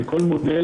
שכל מודל